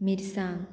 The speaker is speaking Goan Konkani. मिरसांग